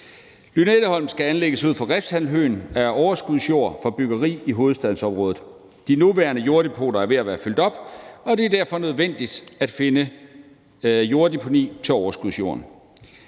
Lynetteholmen skal anlægges uden for Refshaleøen af overskudsjord fra byggeri i hovedstadsområdet. De nuværende jorddepoter er ved at være fyldt op, og det er derfor nødvendigt at finde jorddeponi til overskudsjorden.